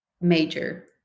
major